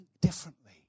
differently